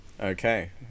Okay